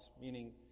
Meaning